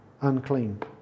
unclean